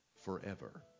forever